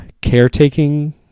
caretaking